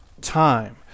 time